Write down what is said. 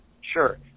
Sure